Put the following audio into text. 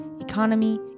economy